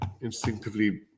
instinctively